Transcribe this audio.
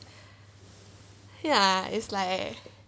ya is like